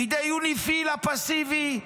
בידי יוניפי"ל הפסיבי,